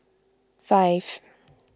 five